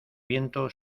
viento